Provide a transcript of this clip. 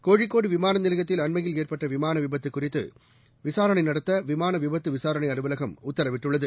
கோழிக்கோடுவிமானநிலையத்தில் அண்மையில் ஏற்பட்டவிமாளவிபத்துகுறித்துவிசாரனைநடத்தவிமானவிபத்துவிசாரணைஅலுவலகம் உத்தரவிட்டுள்ளது